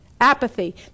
Apathy